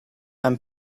and